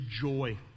joy